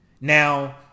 Now